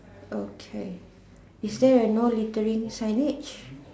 okay is there a no littering signage